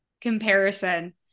comparison